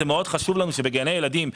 זה מאוד חשוב לנו שגני ילדים,